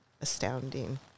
astounding